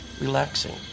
relaxing